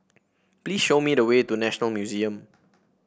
please show me the way to National Museum